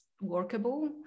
workable